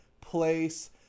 place